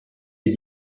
est